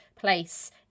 place